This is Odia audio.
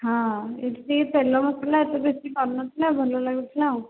ହଁ ଏଠି ଟିକେ ତେଲ ମସଲା ଏତେ ବେଶୀ କରିନଥିଲା ଭଲ ଲାଗୁଥିଲା ଆଉ